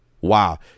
wow